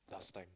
last time